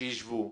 שישבו,